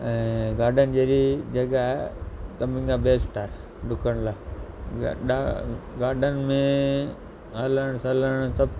ऐं गार्डन जहिड़ी जॻह सभिनि खां बेस्ट आहे डुकण लाइ ॾाढा गार्डन में हलणु चलणु सभु